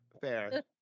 fair